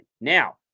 Now